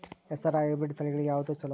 ಹೆಸರ ಹೈಬ್ರಿಡ್ ತಳಿಗಳ ಯಾವದು ಚಲೋ?